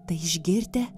tai išgirdę